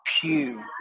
Pew